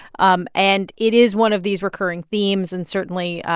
um and it is one of these recurring themes, and certainly,